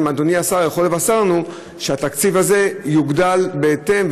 אם אדוני השר יכול לבשר לנו שהתקציב הזה יוגדל בהתאם,